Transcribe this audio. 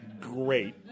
great